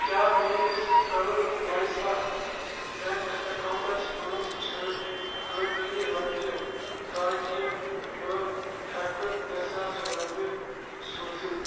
کیٛاہ میٲنِس کَرر ویسا بیٚنٛک اکاونٹَس منٛز چھےٚ کٲفی رۄپیہِ تاکہِ بہٕ ہٮ۪کہٕ ترےٚ ساس رۄپیہِ سوٗزِتھ